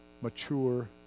mature